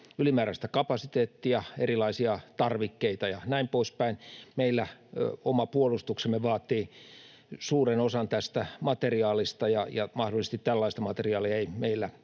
ylimääräistä kapasiteettia, erilaisia tarvikkeita ja näin poispäin, mutta meillä oma puolustuksemme vaatii suuren osan tästä materiaalista, ja mahdollisesti tällaista materiaalia ei meillä